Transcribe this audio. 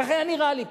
כך היה נראה לי.